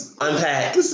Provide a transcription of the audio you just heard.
Unpack